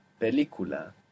película